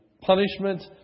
punishment